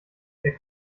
der